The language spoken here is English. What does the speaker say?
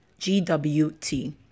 GWT